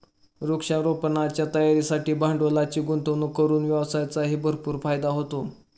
वृक्षारोपणाच्या तयारीसाठी भांडवलाची गुंतवणूक करून व्यवसायाचाही भरपूर फायदा होतो